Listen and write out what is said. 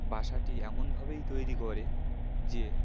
বাসাটি এমনভাবেই তৈরি করে যে